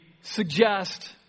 suggest